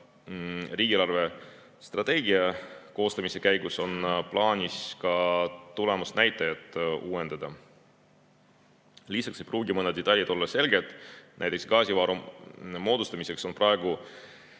riigi eelarvestrateegia koostamise käigus on plaanis ka tulemusnäitajaid uuendada. Lisaks ei pruugi mõned detailid olla selged, näiteks gaasivaru moodustamiseks on praegu